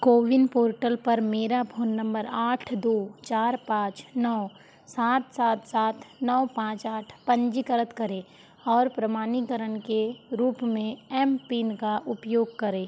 CoWIN portal पर मेरा phone number आठ दो चार पाँच नौ सात सात सात नौ पाँच आठ पंजीकृत करें और प्रमाणीकरण के रूप में एम पिन का उपयोग करें